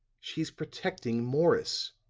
she's protecting morris